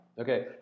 Okay